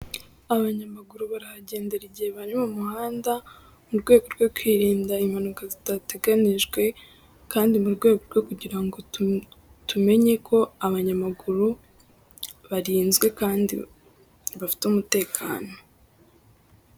Abanyamaguru barahagendera igihe bari mu muhanda, mu rwego rwo kwirinda impanuka zidateganijwe, kandi mu rwego rwo kugira ngo tumenye ko abanyamaguru barinzwe, kandi bafite umutekano.